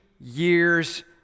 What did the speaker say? years